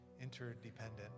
interdependent